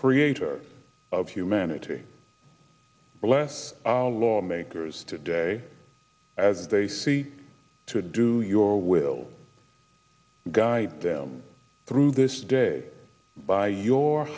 creator of humanity bless our lawmakers today as they see to do your will guide them through this day by your